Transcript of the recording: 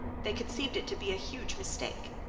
they conceived it to be a huge mistake.